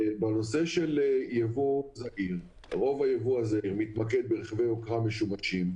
רוב הייבוא הזעיר מתמקד ברכבי יוקרה משומשים.